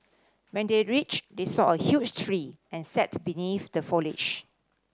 when they reached they saw a huge tree and sat beneath the foliage